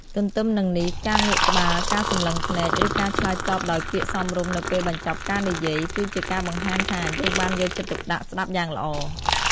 ទទ្ទឹមនឹងនេះ ការងក់ក្បាល ការសម្លឹងភ្នែក ឬការឆ្លើយតបដោយពាក្យសមរម្យនៅពេលបញ្ចប់ការនិយាយ គឺជាការបង្ហាញថា យើងបានយកចិត្តទុកដាក់ស្តាប់យ៉ាងល្អ។